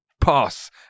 pass